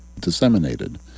Disseminated